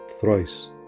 thrice